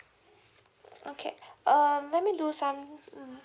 okay um let me do some mm